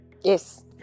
Yes